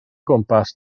gwmpas